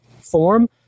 form